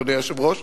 אדוני היושב-ראש,